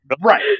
Right